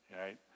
right